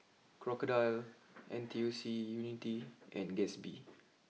Crocodile N T U C Unity and Gatsby